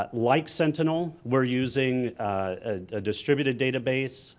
but like sentinel we're using a distributive database,